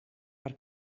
per